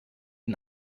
den